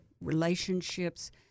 relationships